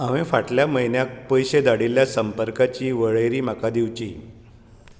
हांवें फाटल्या म्हयन्याक पयशे धाडिल्ल्या संपर्कांची वळेरी म्हाका दिवची